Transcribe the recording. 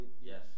Yes